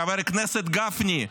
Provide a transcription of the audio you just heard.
חבר הכנסת גפני,